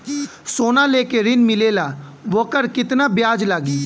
सोना लेके ऋण मिलेला वोकर केतना ब्याज लागी?